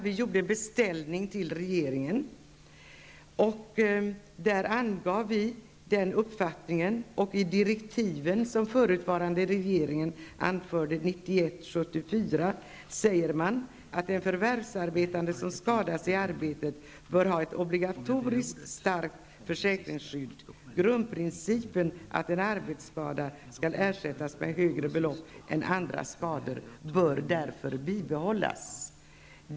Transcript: Vi gjorde en beställning till regeringen där vi redogjorde för vår uppfattning. I de direktiv som den förutvarande regeringen gav 1991 sägs att en förvärvsarbetande som skadar sig i arbetet bör ha ett obligatoriskt starkt försäkringsskydd. Grundprincipen att arbetsskadan skall ersättas med högre belopp än andra skador bör därför bibehållas.